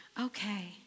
okay